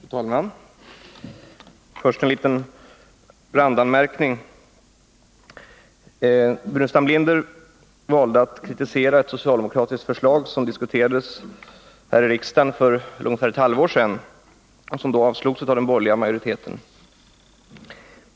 Fru talman! Först en liten randanmärkning. Staffan Burenstam Linder valde att kritisera ett socialdemokratiskt förslag som diskuterades här i riksdagen för ungefär ett halvår sedan och som då avslogs av den borgerliga majoriteten.